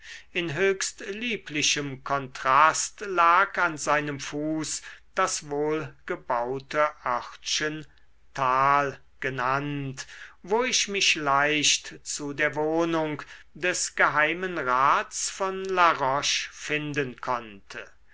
in höchst lieblichem kontrast lag an seinem fuß das wohlgebaute örtchen thal genannt wo ich mich leicht zu der wohnung des geheimenrats von la roche finden konnte